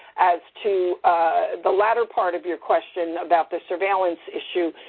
as to the latter part of your question about the surveillance issue,